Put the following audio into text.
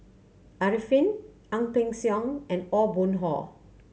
Arifin Ang Peng Siong and Aw Boon Haw